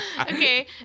Okay